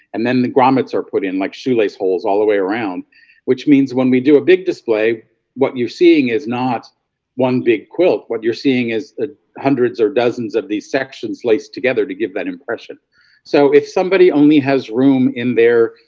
and then the grommets are put in like shoelace holes all the way around which means when we do a big display what you're seeing is not one big quilt what you're seeing is that hundreds or dozens of these sections laced together to give that impression so if somebody only has room in there,